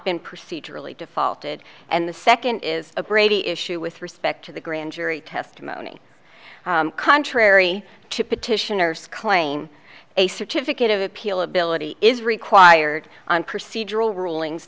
been procedurally defaulted and the second is a brady issue with respect to the grand jury testimony contrary to petitioners claim a certificate of appeal ability is required on procedural rulings